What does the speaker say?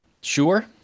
Sure